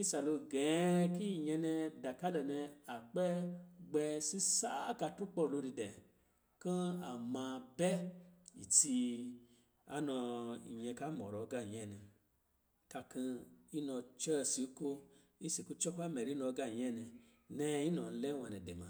isa lo ge ki nyɛ nɛ dakalo nɛ a kpɛ gbɛ sisaa akaturkpɔ lo di dɛ, kɔ̄ a maa bɛ itsi anɔɔ nyɛ ka mɔrɔɔ agā nyɛɛ nɛ, ka kɔ̄ inɔ cɛ si nko isi kucɔ ka mɛrɛ inɔ agā nyɛɛ nɛ, nnɛ inɔ lɛ nwanɛ dɛ ma.